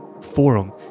forum